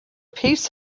peace